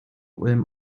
ulm